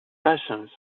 patience